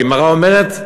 הגמרא אומרת,